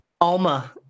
Alma